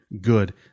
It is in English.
good